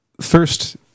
First